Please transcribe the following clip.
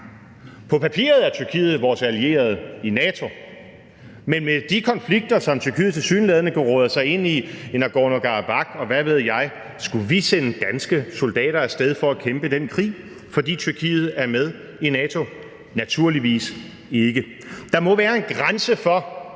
På papiret er Tyrkiet vores allierede i NATO, men med de konflikter, som Tyrkiet tilsyneladende geråder sig ind i i Nagorno-Karabakh, og hvad ved jeg, skulle vi så sende danske soldater afsted for at kæmpe den krig, fordi Tyrkiet er med i NATO? Naturligvis ikke. Der må være en grænse for,